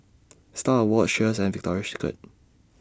STAR Awards Cheers and Victoria Secret